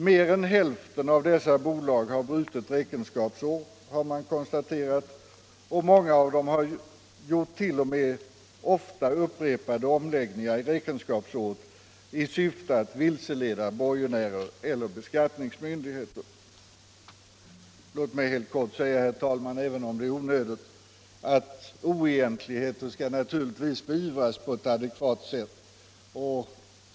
Mer än hälften av dessa bolag har brutet räkenskapsår, har man konstaterat, och många av dem har t.o.m. gjort upprepade omläggningar av räkenskapsåret i syfte att vilseleda borgenärer eller skattemyndigheter. Låt mig helt kort, herr talman, även om det är onödigt, säga att oegentligheter naturligtvis skall beivras på adekvat sätt.